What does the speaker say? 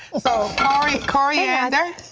so coriander,